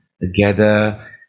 together